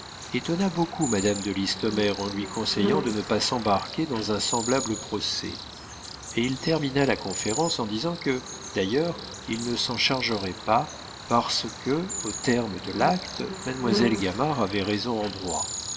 étonna beaucoup madame de listomère en lui conseillant de ne pas s'embarquer dans un semblable procès et il termina la conférence en disant que d'ailleurs il ne s'en chargerait pas parce que aux termes de l'acte mademoiselle gamard avait raison en droit